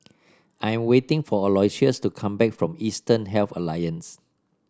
I'm waiting for Aloysius to come back from Eastern Health Alliance